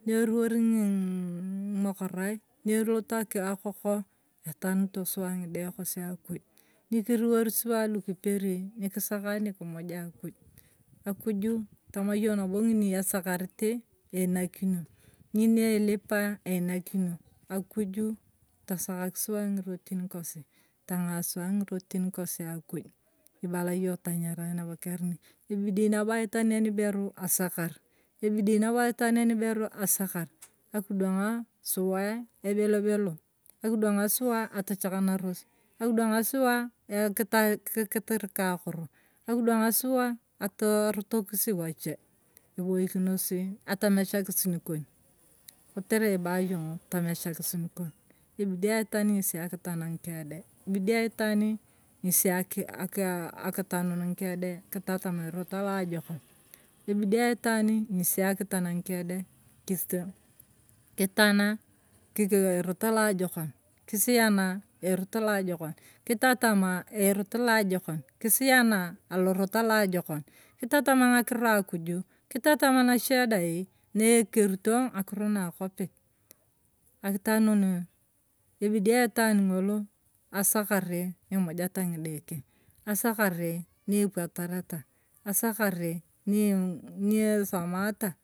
Ng'eruworii ng'iiimokorae ng'eloto akokoo, atanutu suwa ng'idae kosi akuj. nikiruwari suwa lu kiperi ng'kisakae nikimuja akuj. akuju tabayio nabo ng'iini esakariti inakino ng'ini ilipaa einakinio akuju tosokaki suwa ng'irotini kosi tang'aa suwa ng'irotin kosi akuj ibala iyong' tong'arae nabo kiarunae ebidii nabo aitwaan aniberu asakar eloidii naboo aitwaan anibeu asakar akidwang' suwa ebelobelo akidwang suwa atochakaranarosi akidwang suwaa keta kisirika akoro akudwang' suwa atorotokisi wachiae eboikinosii atomechakisi nikon kotere ibaa iyong' tomechakisi nikon ebidii aitwaani ngesi akiakitanun ng'ikee dee kitatam erot aloajokon ebidii aitwaani ngesi akitaan ng'kee dae kistee kitama kikee erot aloajokon kisiyaana erot a loajokon kitatam ng'akiroo akuj kitatam anachie dae neekeritaa ng'akiroo na akwaapit. Akita nunii ebidii aitwaan ng'oloo asakari niimujataa ng'idae keng asakari niepuetareta asakari niisomaata.